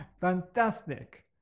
Fantastic